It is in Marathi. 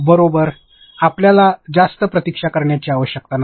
बरोबर आपल्याला जास्त प्रतीक्षा करण्याची आवश्यकता नाही